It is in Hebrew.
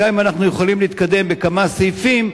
גם אם אנחנו יכולים להתקדם בכמה סעיפים,